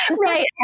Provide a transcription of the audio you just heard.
Right